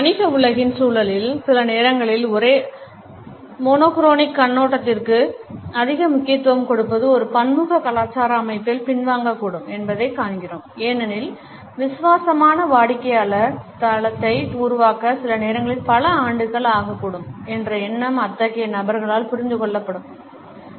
வணிக உலகின் சூழலில் சில நேரங்களில் ஒரே மோனோ குரோனிக் கண்ணோட்டத்திற்கு அதிக முக்கியத்துவம் கொடுப்பது ஒரு பன்முக கலாச்சார அமைப்பில் பின்வாங்கக்கூடும் என்பதைக் காண்கிறோம் ஏனெனில் விசுவாசமான வாடிக்கையாளர் தளத்தை உருவாக்க சில நேரங்களில் பல ஆண்டுகள் ஆகக்கூடும் என்ற எண்ணம் அத்தகைய நபர்களால் புரிந்து கொள்ளப்படவில்லை